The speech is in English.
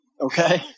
Okay